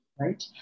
Right